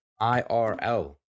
IRL